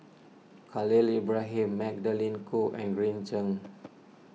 Khalil Ibrahim Magdalene Khoo and Green Zeng